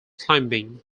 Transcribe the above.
climbing